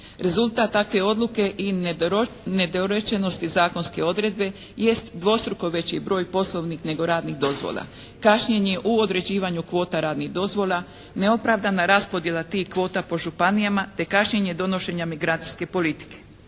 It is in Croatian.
Rezultat takve odluke i nedorečenosti zakonske odredbe jest dvostruko veći broj poslovnih nego radnih dozvola. Kašnjenje u određivanju kvota radnih dozvola, neopravdana raspodjela tih kvota po županijama te kašnjenje donošenja migracijske politike.